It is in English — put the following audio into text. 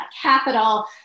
Capital